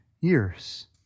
years